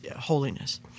holiness